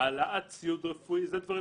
העלאת ציוד רפואי אלה דברים